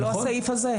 זה לא הסעיף הזה.